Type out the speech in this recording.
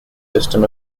system